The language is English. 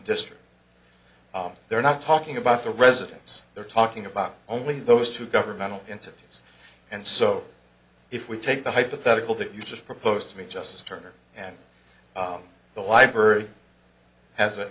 district they're not talking about the residence they're talking about only those two governmental entities and so if we take the hypothetical that you just proposed to me just turn around and the library has